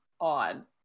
on